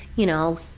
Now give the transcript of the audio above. you know,